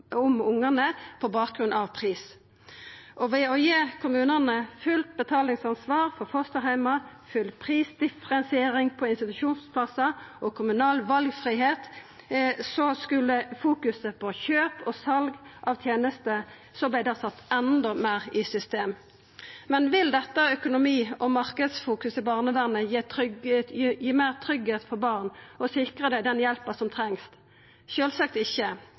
om ungane på bakgrunn av pris. Ved å gi kommunane fullt betalingsansvar for fosterheimar, full prisdifferensiering på institusjonsplassar og kommunal valfridom skulle fokuset på kjøp og sal av tenester setjast enda meir i system. Men vil dette økonomi- og marknadsfokuset i barnevernet gi meir tryggleik for barn og sikre dei den hjelpa som trengst? Sjølvsagt ikkje,